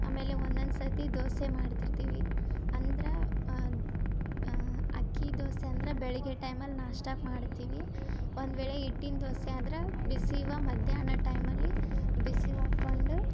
ಆಮೇಲೆ ಒಂದೊಂದು ಸರ್ತಿ ದೋಸೆ ಮಾಡ್ತಿರ್ತೀವಿ ಅಂದ್ರ ಅಕ್ಕಿ ದೋಸೆ ಅಂದರೆ ಬೆಳಗ್ಗೆ ಟೈಮಲ್ಲಿ ನಾಷ್ಟಕ್ಕೆ ಮಾಡ್ತೀವಿ ಒಂದ್ವೇಳೆ ಹಿಟ್ಟಿನ ದೋಸೆ ಆದ್ರ ಬಿಸಿವ ಮಧ್ಯಾಹ್ನ ಟೈಮಲ್ಲಿ ಬಿಸಿವಾಕೊಂಡು